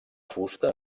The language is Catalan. fusta